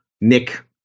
nick